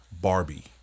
Barbie